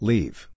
Leave